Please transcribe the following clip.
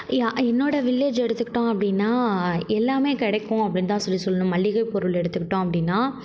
என்னோட வில்லேஜ் எடுத்துகிட்டோம் அப்படினா எல்லாமே கிடைக்கும் அப்படின்தான் சொல்லி சொல்லணும் மளிகை பொருள் எடுத்துகிட்டோம் அப்படினா